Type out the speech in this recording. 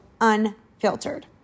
UNFILTERED